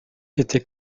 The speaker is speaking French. était